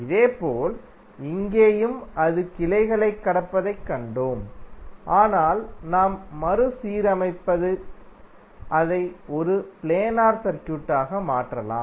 இதேபோல் இங்கேயும் அது கிளைகளைக் கடப்பதைக் கண்டோம் ஆனால் நாம் மறுசீரமைத்து அதை ஒரு பிளேனார் சர்க்யூட்டாக மாற்றலாம்